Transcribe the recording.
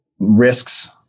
risks